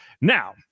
Now